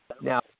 Now